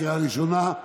בקריאה ראשונה,